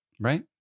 right